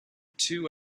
two